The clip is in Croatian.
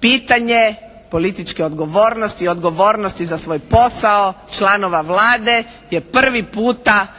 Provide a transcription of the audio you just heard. pitanje političke odgovornosti i odgovornosti za svoj posao članova Vlade je prvi puta na ovom